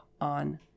on